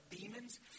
demons